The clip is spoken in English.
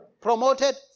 promoted